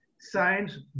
Science